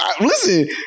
Listen